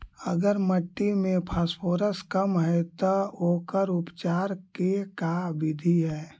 अगर मट्टी में फास्फोरस कम है त ओकर उपचार के का बिधि है?